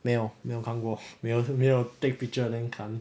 没有没有看过没有没有 take picture then 看